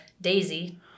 Daisy